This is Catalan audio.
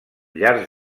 llars